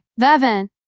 Vevin